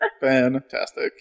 Fantastic